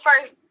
first